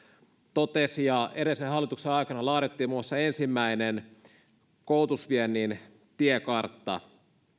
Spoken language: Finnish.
totesi edellisen hallituksen aikana laadittiin muun muassa ensimmäinen koulutusviennin tiekartta